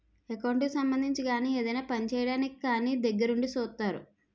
account కి సంబంధించి గాని ఏదైనా పని చేయడానికి కానీ దగ్గరుండి సూత్తారు